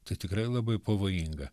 tai tikrai labai pavojinga